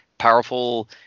Powerful